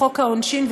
חוק העונשין,